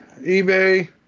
eBay